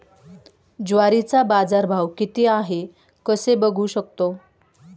ज्वारीचा बाजारभाव किती आहे कसे बघू शकतो?